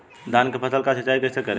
धान के फसल का सिंचाई कैसे करे?